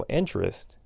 interest